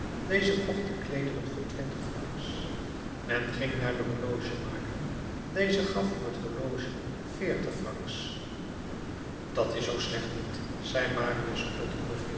deze kocht de kleederen voor twintig francs men ging naar den horlogemaker deze gaf voor het horloge veertig francs dat is zoo slecht niet zei marius tot